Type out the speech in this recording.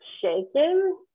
shaken